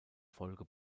folge